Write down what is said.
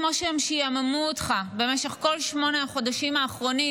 כמו שהם שיעממו אותך במשך כל שמונת החודשים האחרונים,